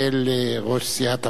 ראש סיעת הבית הלאומי,